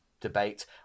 debate